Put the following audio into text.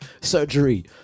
surgery